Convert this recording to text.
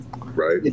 right